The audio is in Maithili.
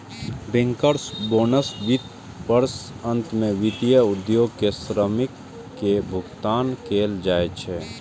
बैंकर्स बोनस वित्त वर्षक अंत मे वित्तीय उद्योग के श्रमिक कें भुगतान कैल जाइ छै